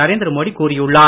நரேந்திர மோடி கூறியுள்ளார்